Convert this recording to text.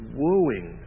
wooing